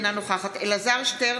אינה נוכחת אלעזר שטרן,